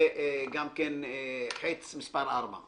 וגם כן חץ מס' 4,